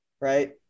right